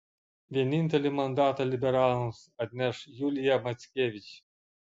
vienintelį mandatą liberalams atneš julija mackevič